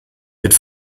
wird